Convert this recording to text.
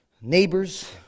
neighbors